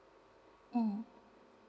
mm